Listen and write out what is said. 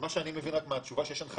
זה עוד לא אושר, אז אני מדי פעם יוצא.